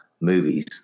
movies